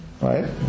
Right